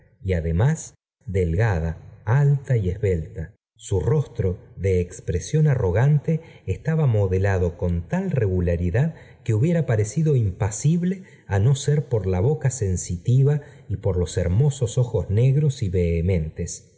y además delgada alta y esbelta su rostro de expresión arrogante estaba modelado con tal regularidad que hubiera parécido impasible á no ser por la boca sensitiva y por los hermosos ojos negros y vehementes